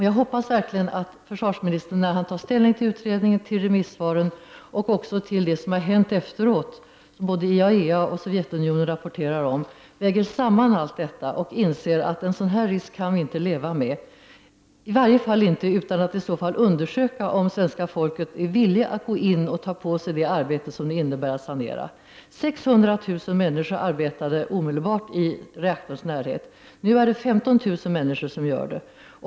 Jag hoppas verkligen att försvarsministern hann ta ställning till utredningen, till remissvaren och också till det som har hänt efteråt, dvs. vad både IAEA och Sovjetunionen har rapporterat, väger samman allt detta och inser att vi inte kan leva med en sådan risk — i varje fall inte utan att undersöka om svenska folket är villigt att gå in och ta på sig det arbete som det innebär att sanera. 600 000 människor arbetade i reaktorns omedelbara närhet. Nu är det 15 000 människor som gör det.